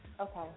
Okay